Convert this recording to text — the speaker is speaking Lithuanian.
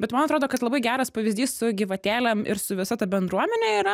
bet man atrodo kad labai geras pavyzdys su gyvatėlėm ir su visa ta bendruomene yra